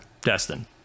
Destin